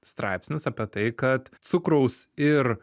straipsnis apie tai kad cukraus ir